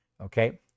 Okay